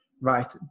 right